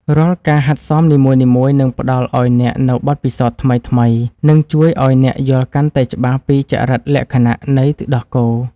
រាល់ការហាត់សមនីមួយៗនឹងផ្តល់ឱ្យអ្នកនូវបទពិសោធន៍ថ្មីៗ និងជួយឱ្យអ្នកយល់កាន់តែច្បាស់ពីចរិតលក្ខណៈនៃទឹកដោះគោ។